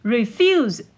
Refuse